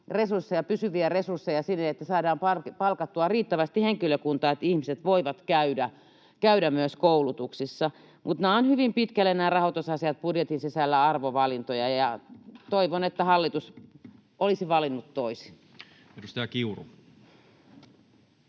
pysyviä resursseja siihen, että saadaan palkattua riittävästi henkilökuntaa, että ihmiset voivat käydä myös koulutuksissa. Mutta nämä rahoitusasiat ovat hyvin pitkälle budjetin sisällä arvovalintoja, ja toivon, että hallitus olisi valinnut toisin. [Speech 165]